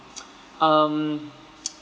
um